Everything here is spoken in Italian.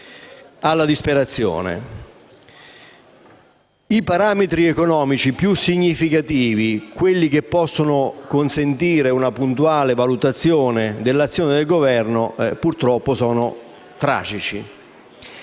alla disperazione. I parametri economici più significativi, quelli che possono consentire una puntuale valutazione dell'azione del Governo, purtroppo sono tragici.